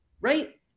right